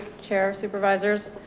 chair supervisors.